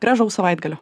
gražaus savaitgalio